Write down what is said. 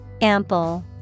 Ample